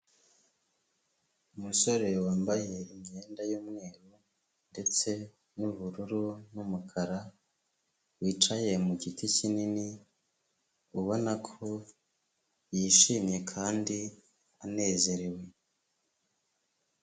Umusore wambaye imyenda y'umweru ndetse n'ubururu n'umukara, wicaye mu giti kinini ubona ko yishimye kandi anezerewe.